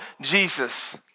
Jesus